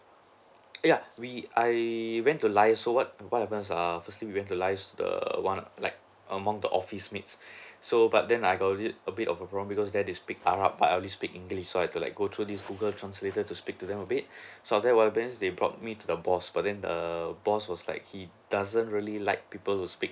ya we I went to liaise so what what happened was err firstly we went to liaise the one like among the office mates so but then I got a bit a bit of a problem because there they speak arab but I only speak english so I could like go through this google translator to speak to them a bit after that what happened they brought me to the boss but then the boss was like he doesn't really like people who speak